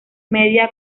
media